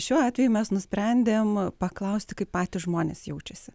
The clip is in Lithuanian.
šiuo atveju mes nusprendėm paklausti kaip patys žmonės jaučiasi